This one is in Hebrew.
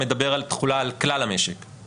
מדבר על תחולה על כלל המשק נכון?